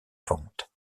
vente